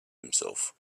himself